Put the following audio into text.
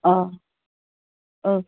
अ अ